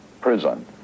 prison